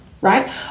right